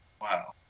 Wow